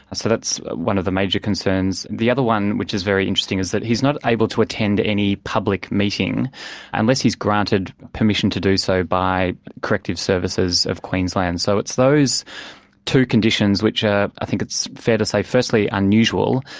ah so that's one of the major concerns. the other one, which is very interesting, is that he's not able to attend any public meeting unless he's granted permission to do so by corrective services of queensland. so it's those two conditions which are i think it's fair to say, firstly unusual,